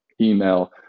Email